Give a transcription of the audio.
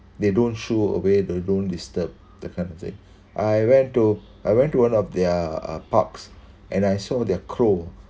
they don't shoo away they don't disturb that kind of thing I went to I went to one of their uh parks and I saw their crow